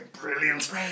brilliant